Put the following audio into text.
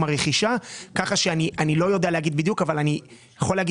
הרכישה כך שאני לא יודע להגיד בדיוק אבל אני יכול לומר